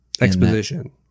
Exposition